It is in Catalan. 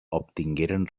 obtingueren